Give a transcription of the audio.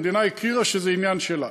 המדינה הכירה בכך שזה עניין שלה.